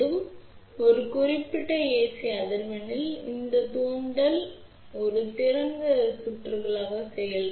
எனவே ஒரு குறிப்பிட்ட ஏசி அதிர்வெண்ணில் இந்த தூண்டல் ஒரு திறந்த சுற்றுகளாக செயல்படும்